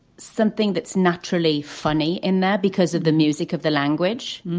something that's naturally funny in there because of the music of the language.